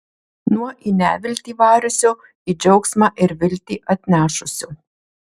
nuo į neviltį variusio į džiaugsmą ir viltį atnešusio